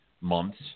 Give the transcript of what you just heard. months